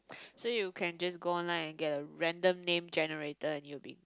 so you can just go online and get a random name generator and you'll be